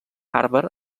harvard